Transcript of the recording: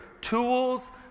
tools